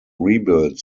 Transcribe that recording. rebuilt